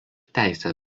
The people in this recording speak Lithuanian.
teisę